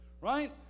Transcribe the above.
right